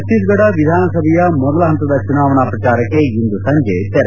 ಛತ್ತೀಸ್ಗಢ ವಿಧಾನಸಭೆಯ ಮೊದಲ ಪಂತದ ಚುನಾವಣಾ ಪ್ರಚಾರಕ್ಕೆ ಇಂದು ಸಂಜೆ ತೆರೆ